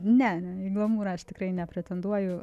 ne į glamūrą aš tikrai nepretenduoju